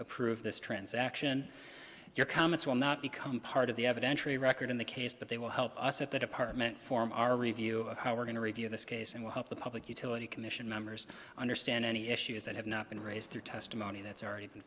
approve this transaction your comments will not become part of the evidentiary record in the case but they will help us at the department form our review of how we're going to review this case and we'll help the public utility commission members understand any issues that have not been raised through testimony that's already been